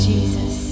Jesus